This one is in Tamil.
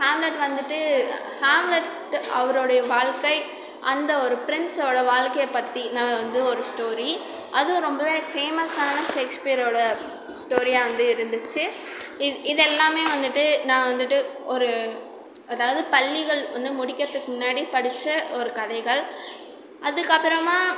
ஹேம்லெட் வந்துவிட்டு ஹேம்லெட் அவரோடைய வாழ்க்கை அந்த ஒரு ப்ரின்ஸோட வாழ்க்கையை பற்றி நான் வந்து ஒரு ஸ்டோரி அதுவும் ரொம்பவே ஃபேமஸான சேக்ஸ்பியரோட ஸ்டோரியாக வந்து இருந்துச்சு இ இதெல்லாமே வந்துவிட்டு நான் வந்துவிட்டு ஒரு அதாவது பள்ளிகள் வந்து முடிக்கிறதுக்கு முன்னாடி படிச்ச ஒரு கதைகள் அதுக்கப்பறமாக